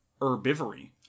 herbivory